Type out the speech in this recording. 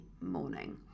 morning